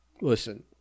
listen